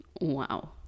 wow